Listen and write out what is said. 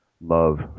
love